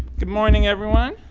good morning, everyone.